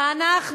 לאור-עקיבא זה,